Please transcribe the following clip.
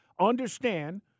Understand